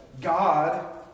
God